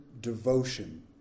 devotion